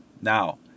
Now